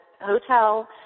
hotel